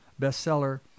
bestseller